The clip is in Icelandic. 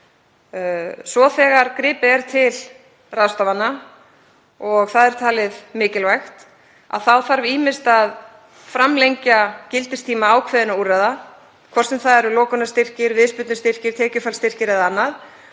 Svo þegar gripið er til ráðstafana og það er talið mikilvægt þá þarf ýmist að framlengja gildistíma ákveðinna úrræða, hvort sem það eru lokunarstyrkir, viðspyrnustyrkir, tekjufallsstyrkir eða annað